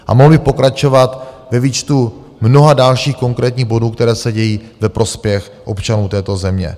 A mohl bych pokračovat ve výčtu mnoha dalších konkrétních bodů, které se dějí ve prospěch občanů této země.